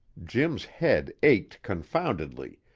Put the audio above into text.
jim's head ached confoundedly,